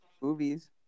movies